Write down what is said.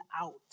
out